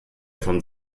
von